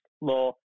law